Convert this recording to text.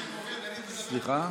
סליחה?